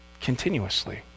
continuously